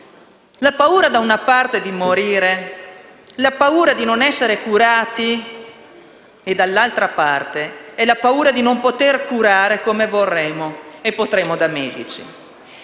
la paura. Da una parte, la paura di morire o di non essere curati e, dall'altra parte, la paura di non poter curare come vorremmo e potremmo da medici.